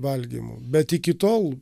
valgymu bet iki tol